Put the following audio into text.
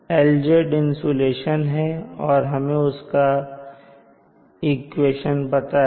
LZ insulation है और हमें उसका इक्वेशन पता है